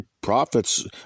prophets